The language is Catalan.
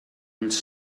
ulls